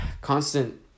constant